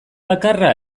bakarra